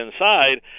inside